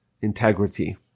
integrity